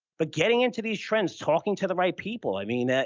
but getting into these trends, talking to the right people, i mean, ah